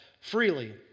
freely